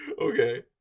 Okay